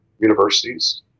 universities